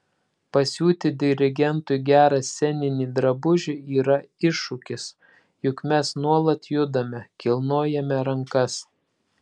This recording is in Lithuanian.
pasiūti dirigentui gerą sceninį drabužį yra iššūkis juk mes nuolat judame kilnojame rankas